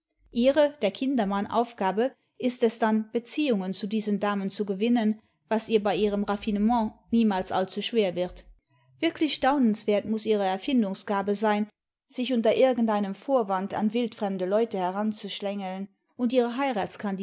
ihre der kindermann aufgabe ist es dann beziehungen zu diesen damen zu gewinnen was ihr bei ihrem raffinement niemals allzu schwer wird wirklich staunenswert muß ihre erfindungsgabe sein sich imter irgendeinem vorwand an wildfremde leute heranzuschlängeln und ihre